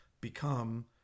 become